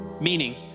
meaning